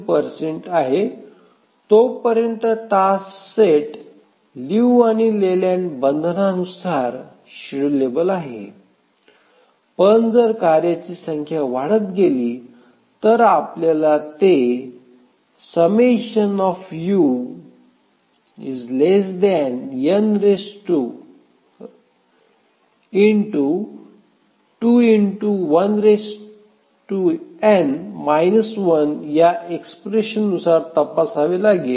2 आहे तो पर्यंत टास्क सेट लिऊ आणि लेलँड बंधनानुसार शेड्युलेबल आहे पण जर कार्यांची संख्या वाढत गेली तर आपल्याला ते या एक्स्प्रेशननुसार तपासावे लागतील